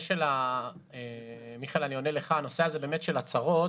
לגבי ההצהרות: